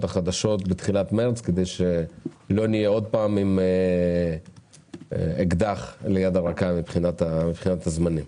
החדשות בתחילת מרץ כדי שלא נהיה עוד פעם עם אקדח ליד הרכה מבחינת הזמנים.